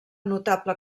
notable